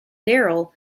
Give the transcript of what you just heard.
darryl